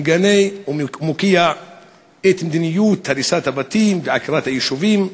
מגנה ומוקיע את מדיניות הריסת הבתים ועקירת היישובים,